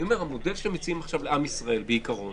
המודל שאתם מציעים עכשיו לעם ישראל בעיקרון